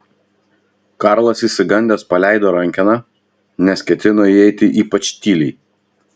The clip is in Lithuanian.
karlas išsigandęs paleido rankeną nes ketino įeiti ypač tyliai